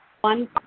one